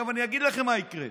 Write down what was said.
עכשיו אני אגיד לכם מה יקרה.